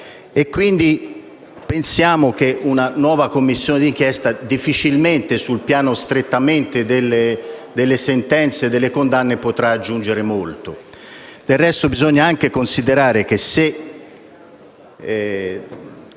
che difficilmente una nuova Commissione d'inchiesta sul piano strettamente delle sentenze e delle condanne potrà aggiungere molto.